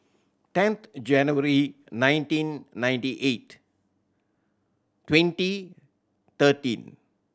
tenth January nineteen ninety eight twenty thirteen